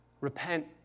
Repent